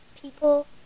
People